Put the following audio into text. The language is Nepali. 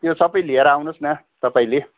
त्यो सबै लिएर आउनुहोस् न तपाईँले